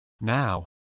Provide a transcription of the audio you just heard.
Now